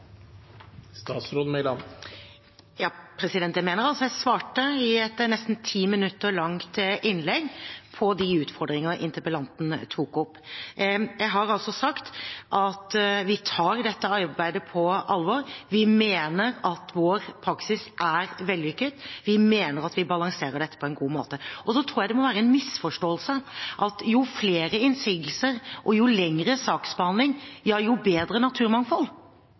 Jeg mener at jeg i et nesten ti minutter langt innlegg svarte på de utfordringer interpellanten tok opp. Jeg har altså sagt at vi tar dette arbeidet på alvor. Vi mener at vår praksis er vellykket. Vi mener at vi balanserer dette på en god måte. Så tror jeg det må være en misforståelse at jo flere innsigelser og jo lengre saksbehandling, jo bedre naturmangfold.